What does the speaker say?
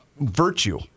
virtue